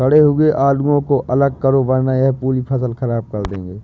सड़े हुए आलुओं को अलग करो वरना यह पूरी फसल खराब कर देंगे